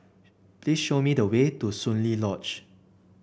please show me the way to Soon Lee Lodge